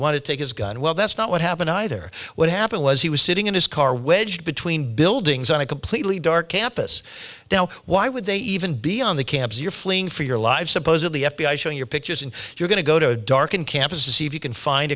want to take his gun well that's not what happened either what happened was he was sitting in his car wedged between buildings on a completely dark campus why would they even be on the campus you're fleeing for your lives supposedly f b i showing your pictures and you're going to go to a darkened campus to see if you can find